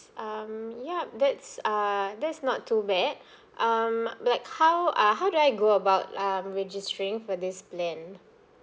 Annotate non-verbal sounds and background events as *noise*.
um yup that's err that's not too bad *breath* um but how uh how do I go about um registering for this plan